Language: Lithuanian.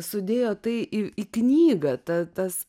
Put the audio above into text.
sudėjo tai į į knygą ta tas